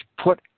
put